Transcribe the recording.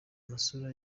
masura